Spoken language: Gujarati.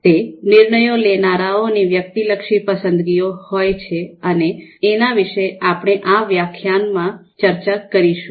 તે નિર્ણયો લેનારાઓની વ્યક્તિલક્ષી પસંદગીઓ હોય છે અને એના વિશે આપણે આ વ્યાખ્યાનમાં ચર્ચા કરીશું